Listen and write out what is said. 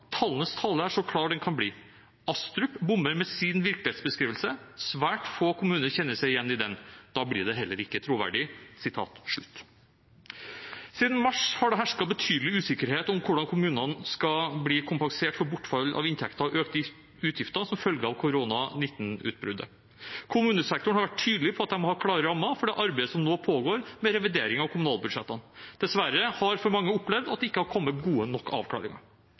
er så klar den kan bli. Astrup bommer med sin virkelighetsbeskrivelse. Svært få kommuner kjenner seg igjen i den. Da blir den heller ikke troverdig.» Siden mars har det hersket betydelig usikkerhet om hvordan kommunene skal bli kompensert for bortfall av inntekter og økte utgifter som følge av covid-19-utbruddet. Kommunesektoren har vært tydelig på at de har klare rammer for det arbeidet som nå pågår med revidering av kommunalbudsjettene. Dessverre har for mange opplevd at det ikke har kommet gode nok avklaringer.